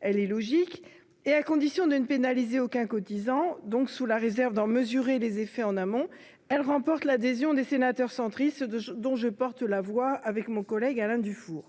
Elle est logique à condition de ne pénaliser aucun cotisant et donc sous la réserve d'en mesurer les effets en amont. À ces conditions, elle emporte l'adhésion des sénateurs centristes, dont mon collègue Alain Duffourg